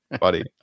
buddy